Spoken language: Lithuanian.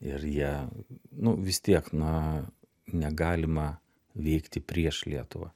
ir jie nu vis tiek na negalima veikti prieš lietuvą